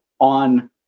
on